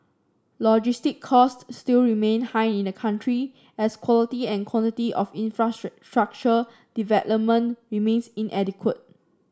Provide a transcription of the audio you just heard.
logistics cost still remain high in a country as quality and quantity of infrastructure development remains inadequate